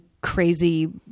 crazy